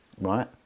right